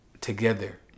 together